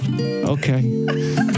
okay